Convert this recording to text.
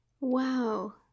Wow